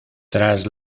tras